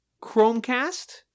Chromecast